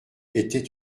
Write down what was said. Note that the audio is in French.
était